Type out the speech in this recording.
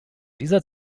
dieser